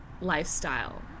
lifestyle